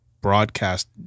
broadcast